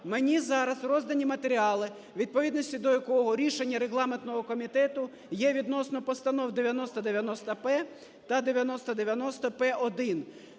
Мені зараз роздані матеріали, у відповідності до яких рішення регламентного комітету є відносно Постанов 9090-П та 9090-П1.